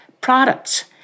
products